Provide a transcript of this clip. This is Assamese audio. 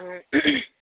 অঁ